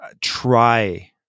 try